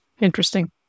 Interesting